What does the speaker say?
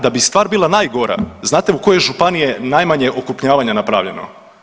Da bi stvar bila najgora znate u kojoj županiji je najmanje okrupnjavanja napravljeno?